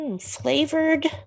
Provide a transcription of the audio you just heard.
flavored